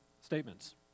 statements